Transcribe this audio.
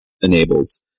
enables